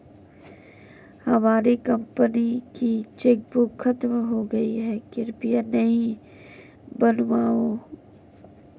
हमारी कंपनी की चेकबुक खत्म हो गई है, कृपया नई बनवाओ